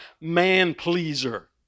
man-pleaser